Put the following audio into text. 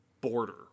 border